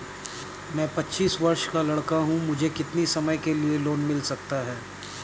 मैं पच्चीस वर्ष का लड़का हूँ मुझे कितनी समय के लिए लोन मिल सकता है?